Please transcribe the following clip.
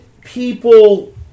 people